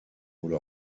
wurde